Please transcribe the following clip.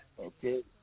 Okay